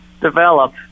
develop